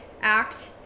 act